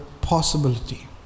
possibility